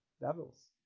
devils